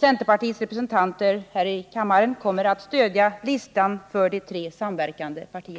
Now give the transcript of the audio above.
Centerpartiets representanter här i kammaren kommer att stödja listan för De tre samverkande partierna.